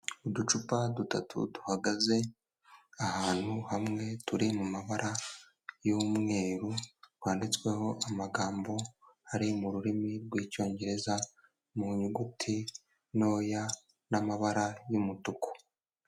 Uducupa dutatu duhagaze ahantu hamwe turi mumabara y'umweru, twanditsweho amagambo ari mu rurimi rw'icyongereza mu nyuguti ntoya n'amabara y'umutuku.